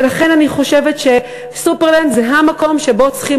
ולכן אני חושבת ש"סופרלנד" זה המקום שבו צריכים